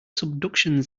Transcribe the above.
subduction